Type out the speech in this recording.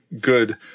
good